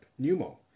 pneumo